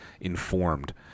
Informed